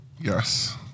Yes